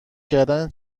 کردن